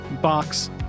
box